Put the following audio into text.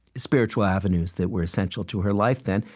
spiritual avenues that were essential to her life then,